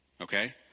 okay